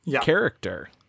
character